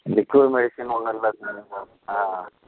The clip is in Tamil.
லிக்விட் மெடிசன் ஒன்றும் இல்லை சார் எதுவும் போடலை ஆ